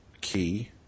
key